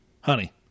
Honey